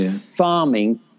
farming